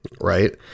right